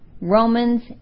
Romans